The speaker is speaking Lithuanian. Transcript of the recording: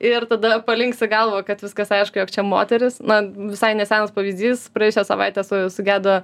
ir tada palinksi galvą kad viskas aišku jog čia moteris na visai nesenas pavyzdys praėjusią savaitę su sugedo